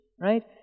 Right